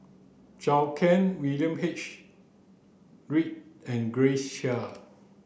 Zhou Can William H Read and Grace Chia